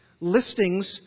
listings